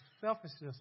selfishness